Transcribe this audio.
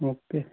okay